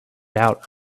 out